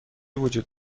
وجود